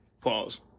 Pause